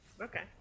Okay